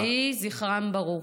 יהי זכרם ברוך.